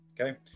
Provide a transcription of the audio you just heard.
Okay